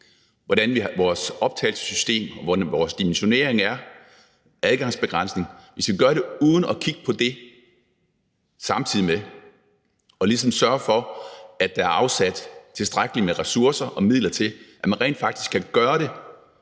hvordan vores optagelsessystem og vores dimensionering, adgangsbegrænsning, er. Man må samtidig sørge for, at der er afsat tilstrækkeligt med ressourcer og midler til, at man rent faktisk kan gøre det,